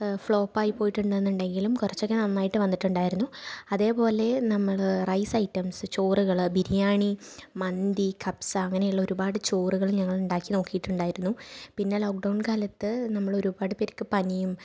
ഫ്ലോപ്പായി പോയിട്ടുണ്ട് എന്നുണ്ടെങ്കിലും കുറച്ചൊക്കെ നന്നായിട്ട് വന്നിട്ടുണ്ടായിരുന്നു അതേപോലെ നമ്മൾ റൈസ് ഐറ്റംസ് ചോറുകൾ ബിരിയാണി മന്തി കബ്സ അങ്ങനെയുള്ള ഒരുപാട് ചോറുകൾ ഞങ്ങളുണ്ടാക്കി നോക്കിയിട്ടുണ്ടായിരുന്നു പിന്നെ ലോക്ക്ഡൗൺ കാലത്ത് നമ്മൾ ഒരുപാട് പേർക്ക് പനിയും